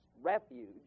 refuge